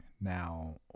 Now